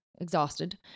exhausted